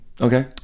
okay